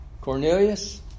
Cornelius